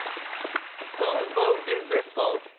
whose boat is this boat?